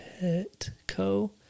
Petco